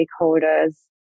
stakeholders